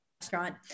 restaurant